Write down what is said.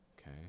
Okay